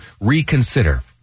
reconsider